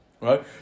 Right